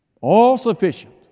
All-sufficient